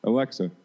Alexa